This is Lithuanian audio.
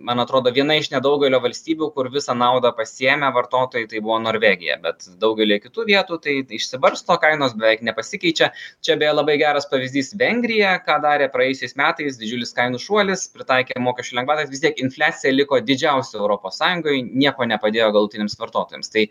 man atrodo viena iš nedaugelio valstybių kur visą naudą pasiėmė vartotojai tai buvo norvegija bet daugelyje kitų vietų tai išsibarsto kainos beveik nepasikeičia čia beje labai geras pavyzdys vengrija ką darė praėjusiais metais didžiulis kainų šuolis pritaikė mokesčių lengvatas vis tiek infliacija liko didžiausia europos sąjungoj nieko nepadėjo galutiniams vartotojams tai